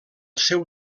seu